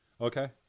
Okay